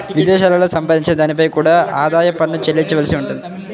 విదేశాలలో సంపాదించిన దానిపై కూడా ఆదాయ పన్ను చెల్లించవలసి ఉంటుంది